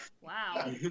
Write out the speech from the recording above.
Wow